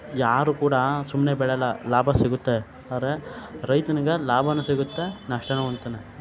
ಯಾರು ಕೂಡ ಸುಮ್ಮನೆ ಬೆಳೆಯಲ್ಲ ಲಾಭ ಸಿಗುತ್ತೆ ಆದರೆ ರೈತನಿಗೆ ಲಾಭಾನೂ ಸಿಗುತ್ತೆ ನಷ್ಟನೂ ಉಣ್ತಾನೆ